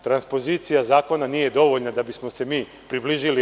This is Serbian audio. Transpozicija zakona nije dovoljna da bismo se mi približili EU.